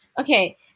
Okay